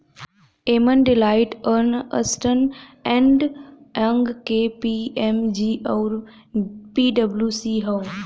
एमन Deloitte, Ernst and Young, KPMG आउर पी.डब्ल्यू.सी हौ